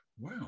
Wow